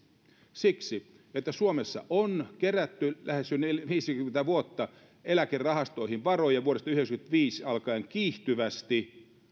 siksi että suomessa on kerätty lähes jo viisikymmentä vuotta eläkerahastoihin varoja vuodesta yhdeksänkymmentäviisi alkaen kiihtyvästi